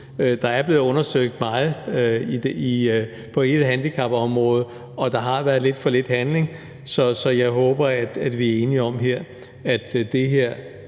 der er blevet undersøgt meget på hele handicapområdet, og der har været lidt for lidt handling. Så jeg håber, at vi er enige om, at det her